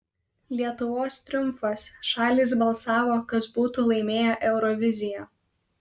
lietuvos triumfas šalys balsavo kas būtų laimėję euroviziją